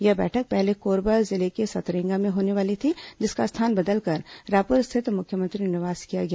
यह बैठक पहले कोरबा जिले के सतरेंगा में होने वाली थी जिसका स्थान बदलकर रायपुर स्थित मुख्यमंत्री निवास किया गया